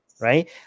right